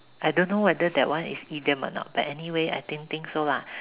I don't know whether that one is idiom or not but anyway I think think so lah